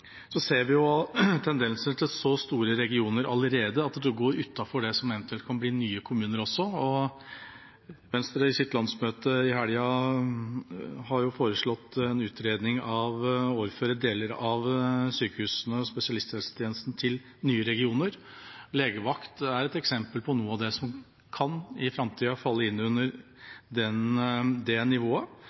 så store regioner allerede at det går ut over det som eventuelt kan bli nye kommuner også. Venstre foreslo på sitt landsmøte i helga en utredning om å overføre ansvaret for sykehusene og spesialisthelsetjenesten til nye regioner. Legevakt er et eksempel på noe av det som i framtida kan falle inn under det